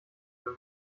sind